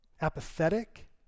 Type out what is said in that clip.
apathetic